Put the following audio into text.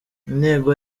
intego